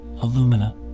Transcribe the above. alumina